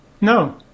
No